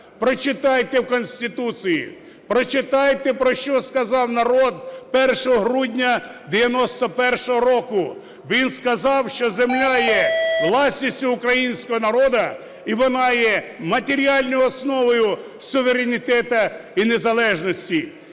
Прочитайте в Конституції. Прочитайте, про що сказав народ 1 грудня 1991 року. Він сказав, що земля є власністю українського народу і вона є матеріальною основою суверенітету і незалежності.